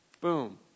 boom